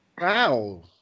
Wow